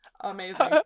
Amazing